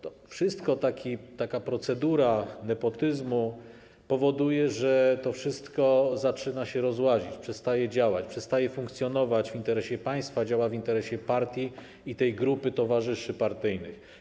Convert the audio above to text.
To wszystko, taka procedura nepotyzmu powoduje, że to wszystko zaczyna się rozłazić, przestaje działać, przestaje funkcjonować w interesie państwa, działa w interesie partii i grupy towarzyszy partyjnych.